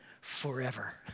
forever